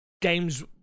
games